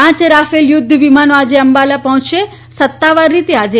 પાંચ રાફેલ યુદ્ધ વિમાનો આજે અંબાલા પહોચશે સત્તાવાર રીતે આજે